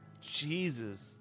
Jesus